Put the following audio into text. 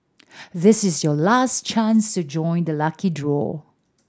this is your last chance to join the lucky draw